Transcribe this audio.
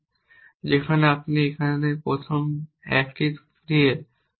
যেখানে আপনি এখানে প্রথম 1 দিয়ে শুরু করুন